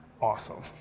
awesome